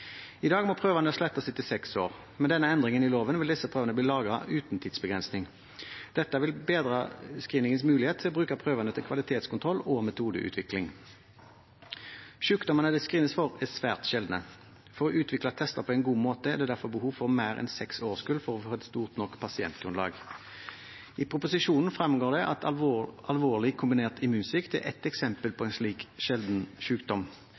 I dag må prøvene slettes etter seks år. Med denne endringen i loven vil disse prøvene bli lagret uten tidsbegrensning. Dette vil bedre screeningens mulighet til å bruke prøvene til kvalitetskontroll og metodeutvikling. Sykdommene det screenes for, er svært sjeldne. For å utvikle tester på en god måte er det derfor behov for mer enn seks årskull for å få et stort nok pasientgrunnlag. Av proposisjonen framgår det at alvorlig kombinert immunsvikt er ett eksempel på en slik sjelden